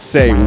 Say